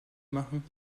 machen